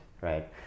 right